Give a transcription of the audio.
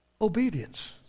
Obedience